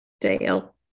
Dale